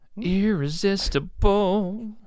Irresistible